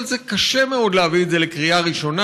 אבל קשה מאוד להביא את זה לקריאה ראשונה.